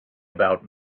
about